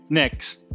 next